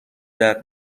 درد